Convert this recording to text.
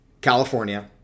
California